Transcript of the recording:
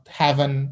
heaven